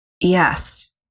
Yes